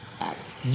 Act